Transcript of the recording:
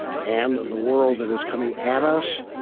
and the world that is coming at us